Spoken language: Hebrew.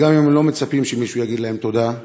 וגם אם הם לא מצפים שמישהו יגיד להם תודה,